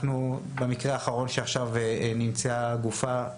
במקרה האחרון שקרה עכשיו נמצאה גופה אבל